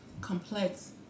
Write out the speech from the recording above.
complex